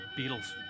Beatles